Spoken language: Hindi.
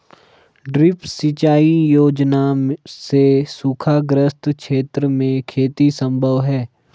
ड्रिप सिंचाई योजना से सूखाग्रस्त क्षेत्र में खेती सम्भव है